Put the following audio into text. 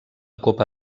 copa